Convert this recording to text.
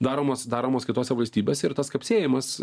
daromos daromos kitose valstybėse ir tas kapsėjimas